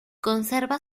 conserva